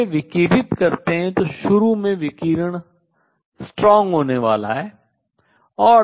जब वे विकिरित करतें हैं तो शुरू में विकिरण strong शक्तिशाली होने वाला है